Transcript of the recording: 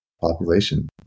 population